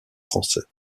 français